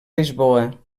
lisboa